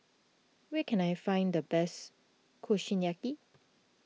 where can I find the best Kushiyaki